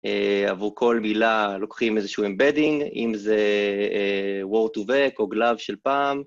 עבור כל מילה לוקחים איזשהו אמבדינג, אם זה word to bakc או glove של פעם.